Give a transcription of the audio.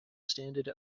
standard